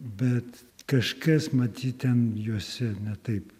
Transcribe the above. bet kažkas matyt ten juose ne taip